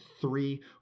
three